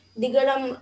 digaram